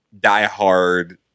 diehard